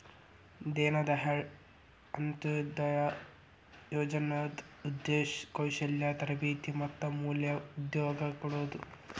ದೇನ ದಾಯಾಳ್ ಅಂತ್ಯೊದಯ ಯೋಜನಾದ್ ಉದ್ದೇಶ ಕೌಶಲ್ಯ ತರಬೇತಿ ಮತ್ತ ಮೂಲ ಉದ್ಯೋಗ ಕೊಡೋದು